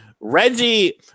Reggie